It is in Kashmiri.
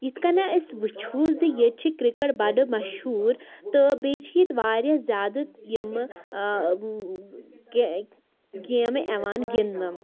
یِتھ کَنۍ أسۍ وٕچھو زِ ییٚتہِ چھِ کِرکَٹ بَڑٕ مشہوٗر تہٕ بیٚیہِ چھِ ییٚتہِ وارِیاہ زیادٕ یِمہٕ گے گیمہٕ یِوان گِنٛدنہٕ